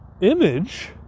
image